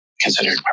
considered